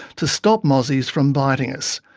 to stop mozzies from biting us.